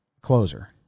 closer